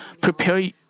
prepare